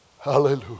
Hallelujah